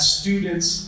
students